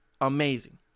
Amazing